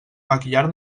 maquillar